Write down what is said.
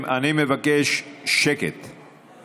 היה אפשר לקחת את הכסף הזה ולשקם את העצמאים,